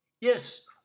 Yes